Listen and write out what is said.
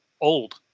Old